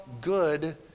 good